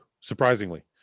surprisingly